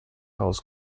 haus